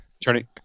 Turning